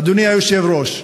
אדוני היושב-ראש,